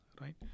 right